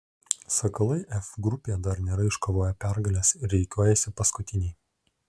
sakalai f grupėje dar nėra iškovoję pergalės ir rikiuojasi paskutiniai